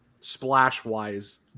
splash-wise